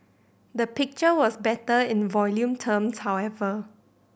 the picture was better in volume terms however